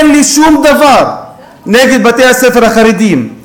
אין לי שום דבר נגד בתי-הספר החרדיים,